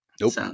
Nope